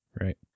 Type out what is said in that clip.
Right